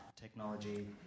technology